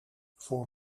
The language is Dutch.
voor